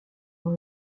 dans